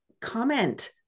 comment